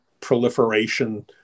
proliferation